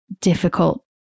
difficult